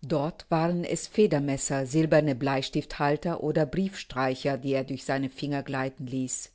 dort waren es federmesser silberne bleistifthalter oder briefstreicher die er durch seine finger gleiten ließ